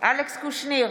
אלכס קושניר,